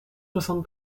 soixante